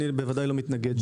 אני בוודאי לא מתנגד.